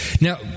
now